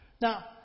Now